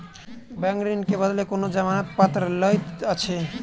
bank ऋण के बदले कोनो जमानत पत्र लैत अछि